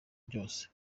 byose